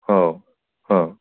हो हां